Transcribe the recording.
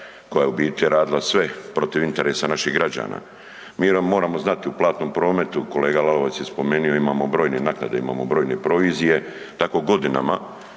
koja je u biti radila sve protiv interesa naših građana. Mi moramo znati u platnom prometu kolega Lalovac je spomenuo imamo brojne naknade, imamo brojne provizije, tako godinama